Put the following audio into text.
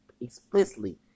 explicitly